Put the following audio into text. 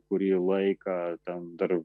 kurį laiką ten dar